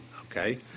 Okay